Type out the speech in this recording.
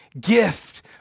gift